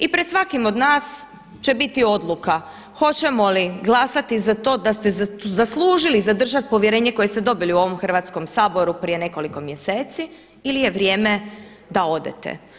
I pred svakim od nas će biti odluka hoćemo li glasati za to da ste zaslužili zadržati povjerenje koje ste dobili u ovom Hrvatskom saboru prije nekoliko mjeseci, ili je vrijeme da odete.